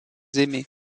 aimés